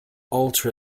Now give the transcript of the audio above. ultra